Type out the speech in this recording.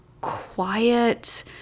quiet